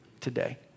today